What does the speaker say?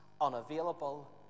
unavailable